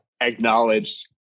acknowledged